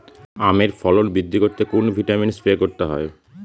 আমের ফলন বৃদ্ধি করতে কোন ভিটামিন স্প্রে করতে হয়?